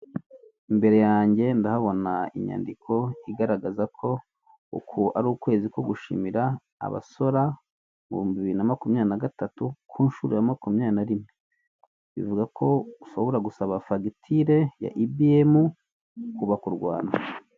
Imbere yanjye ndahabona inyandiko igaragaza ko uku ari ukwezi ko gushimira abasora, ibihumbi bibiri na makumyabiri na gatatu ku nshuro ya makumyabiri na rimwe bivuga ko ushobora gusaba fagitire ya ibiyemu ukubaka u rwanda.